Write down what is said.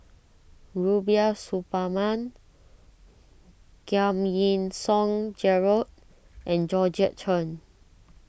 Rubiah Suparman Giam Yean Song Gerald and Georgette Chen